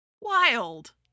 wild